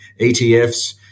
ETFs